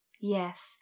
Yes